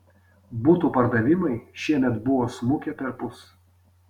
butų pardavimai šiemet buvo smukę perpus